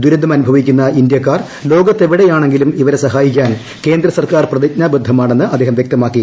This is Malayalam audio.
ദുരിതമനുഭവിക്കുന്ന ഇന്ത്യാക്കാർ ലോകത്ത് എവിടെയാണെങ്കിലും അവരെ സഹായിക്കാൻ കേന്ദ്ര സർക്കാർ പ്രതിജ്ഞാബദ്ധമാണെന്ന് അദ്ദേഹം വൃക്തമാക്കി